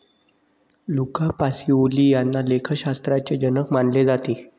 Luca Pacioli यांना लेखाशास्त्राचे जनक मानले जाते